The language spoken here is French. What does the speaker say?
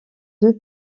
deux